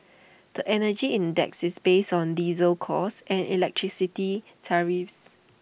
the Energy Index is based on diesel costs and electricity tariffs